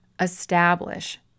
establish